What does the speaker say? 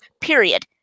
Period